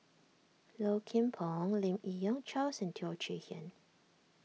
Low Kim Pong Lim Yi Yong Charles and Teo Chee Hean